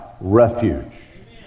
refuge